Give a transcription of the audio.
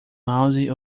mouse